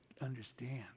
understand